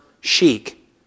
chic